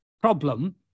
problem